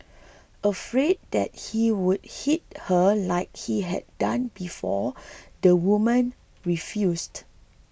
afraid that he would hit her like he had done before the woman refused